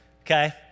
Okay